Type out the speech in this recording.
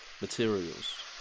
materials